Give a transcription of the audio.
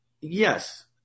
Yes